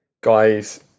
guys